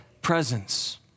presence